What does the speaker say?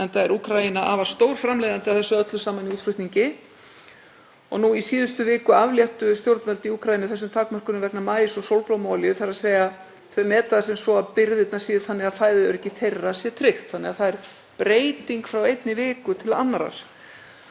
þau meta það sem svo að birgðirnar séu þannig að fæðuöryggi þeirra sé tryggt. Það er breyting frá einni viku til annarrar. Nú stendur yfir sáning á voryrkjum í Úkraínu og þar er staðan þannig að bændur þar eru að sá korni og sólblómum þrátt fyrir að það geisi stríð í landinu